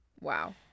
Wow